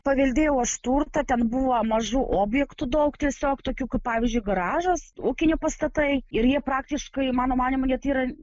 paveldėjau aš turtą ten buvo mažų objektų daug tiesiog tokių kaip pavyzdžiui garažas ūkiniai pastatai ir jie praktiškai mano manymu net yra